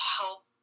help